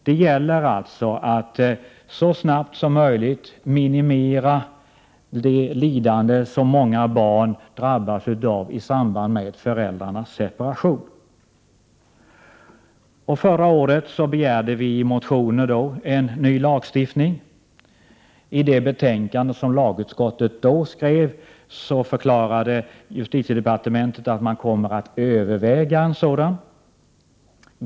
Det gäller att så snart som möjligt minimera det lidande som många barn drabbas av i samband med föräldrarnas separation. Förra året begärde vi i motioner en ny lagstiftning. I det betänkande som lagutskottet då skrev förklarade justitiedepartementet att man kommer att överväga en sådan.